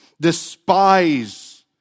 despise